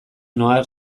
noa